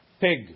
pig